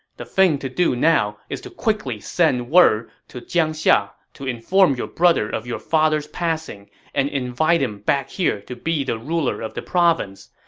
the thing to do now is to quickly send word to jiangxia to inform your brother of your father's passing and invite him back here to be the ruler of the province,